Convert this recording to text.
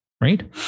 right